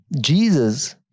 Jesus